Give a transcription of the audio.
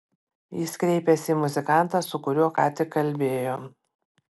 jis kreipėsi į muzikantą su kuriuo ką tik kalbėjo